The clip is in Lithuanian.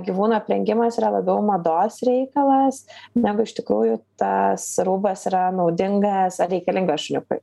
gyvūno aprengimas yra labiau mados reikalas negu iš tikrųjų tas rūbas yra naudingas ar reikalingas šuniukui